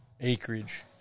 acreage